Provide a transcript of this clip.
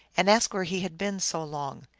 and asked where he had been so long.